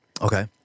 Okay